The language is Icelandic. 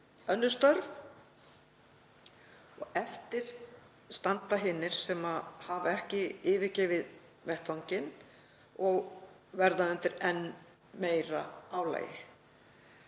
önnur störf. Eftir standa hinir sem hafa ekki yfirgefið vettvanginn og verða undir enn meira álagi.